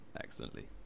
excellently